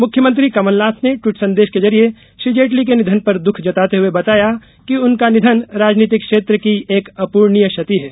मुख्यमंत्री कमलनाथ ने ट्वीट संदेश के जरिए श्री जेटली के निधन पर दुःख जताते हुए बताया कि उनका निधन राजनीतिक क्षेत्र की एक अपूर्णिय क्षति है